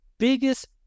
biggest